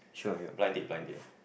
blind date blind date